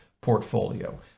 portfolio